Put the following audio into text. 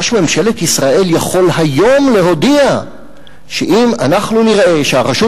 ראש ממשלת ישראל יכול היום להודיע שאם אנחנו נראה שהרשות